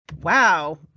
wow